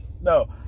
No